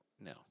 no